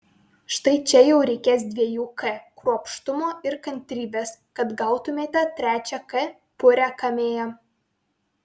štai čia jau reikės dviejų k kruopštumo ir kantrybės kad gautumėte trečią k purią kamėją